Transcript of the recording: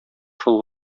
шул